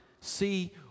see